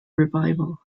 revival